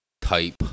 type